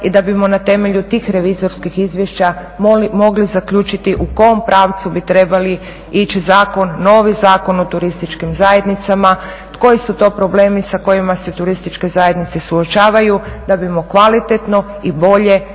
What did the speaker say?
i da bismo na temelju tih revizorskih izvješća mogli zaključiti u kom pravcu bi trebali ići zakon, novi Zakon o turističkim zajednicama, koji su to problemi sa kojima se turističke zajednice suočavaju, da bismo kvalitetno i bolje